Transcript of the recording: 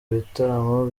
ibitaramo